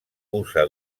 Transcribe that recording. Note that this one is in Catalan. usa